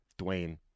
Dwayne